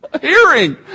Hearing